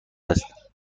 است